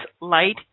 light